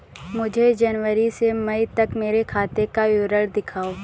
मुझे जनवरी से मई तक मेरे खाते का विवरण दिखाओ?